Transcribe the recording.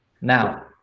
Now